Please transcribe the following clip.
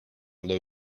low